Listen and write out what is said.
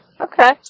okay